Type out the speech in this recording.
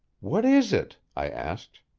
what is it? i asked.